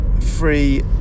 free